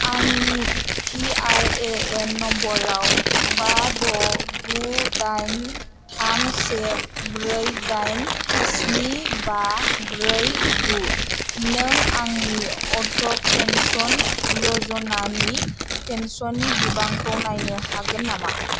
आंनि P R A N नम्बरआव बा द' गु दाइन थाम से ब्रै दाइन स्नि बा ब्रै गु नों आंनि अटल पेन्सन य'जनानि पेन्सननि बिबांखौ नायनो हागोन नामा